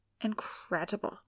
incredible